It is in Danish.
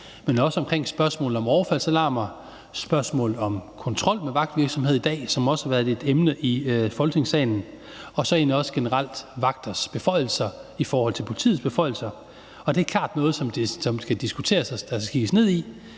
men også at få kigget på spørgsmålet om overfaldsalarmer og spørgsmålet om kontrol med vagtvirksomhed i dag, hvilket også har været et emne i Folketingssalen, og egentlig også generelt få kigget på vagters beføjelser i forhold til politiets beføjelser. Det er klart noget, som kan diskuteres, og som der